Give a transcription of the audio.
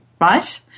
right